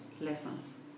lessons